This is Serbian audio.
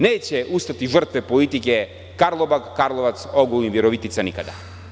Neće ustati žrtve politike Karlobag – Karlovac – Ogulin – Virovitica nikada.